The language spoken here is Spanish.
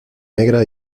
negra